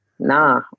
Nah